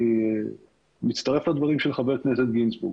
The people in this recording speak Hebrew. אני מצטרף לדברים של חבר הכנסת גינזבורג,